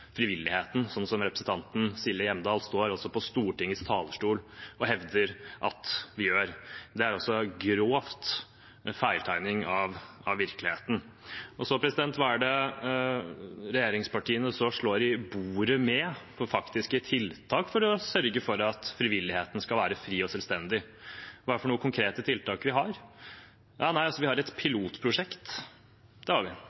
frivilligheten, slik representanten Silje Hjemdal står på Stortingets talerstol og hevder at vi gjør. Det er en grov fortegning av virkeligheten. Hva er det så regjeringspartiene slår i bordet med av faktiske tiltak for å sørge for at frivilligheten skal være fri og selvstendig? Hvilke konkrete tiltak har de? De har et pilotprosjekt, det har de – et pilotprosjekt for treårig støtte. Det